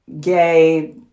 gay